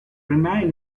remain